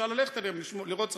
אפשר ללכת אליהם לראות סרטים.